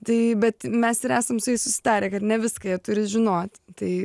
tai bet mes ir esam susitarę kad ne viską jie turi žinot tai